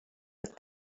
with